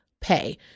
pay